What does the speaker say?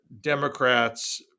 Democrats